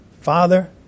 Father